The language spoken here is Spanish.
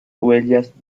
huellas